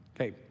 Okay